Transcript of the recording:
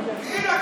ביקשתי כל כך יפה.